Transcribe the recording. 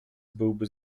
byłby